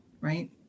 right